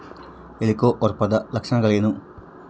ಹೆಲಿಕೋವರ್ಪದ ಲಕ್ಷಣಗಳೇನು?